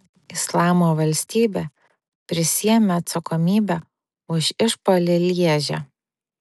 islamo valstybė prisiėmė atsakomybę už išpuolį lježe